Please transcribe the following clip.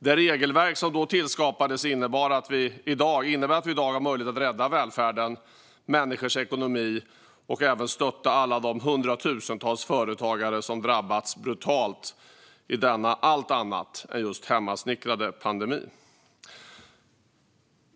Det regelverk som då skapades innebär att vi i dag har möjlighet att rädda välfärden och människors ekonomi och även stötta alla de hundratusentals företagare som drabbats brutalt i denna allt annat än hemmasnickrade pandemi.